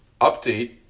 Update